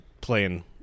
playing